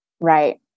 Right